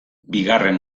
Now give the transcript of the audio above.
bigarren